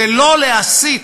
ולא להסית,